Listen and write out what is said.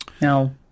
Now